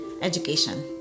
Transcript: education